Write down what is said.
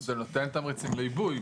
זה נותן תמריצים לעיבוי,